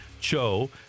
Cho